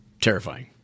terrifying